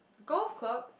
golf club